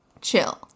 Chill